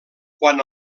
quan